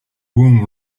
womb